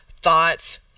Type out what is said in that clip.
thoughts